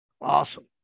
Awesome